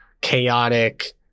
chaotic